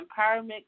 empowerment